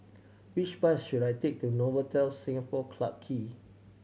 which bus should I take to Novotel Singapore Clarke Quay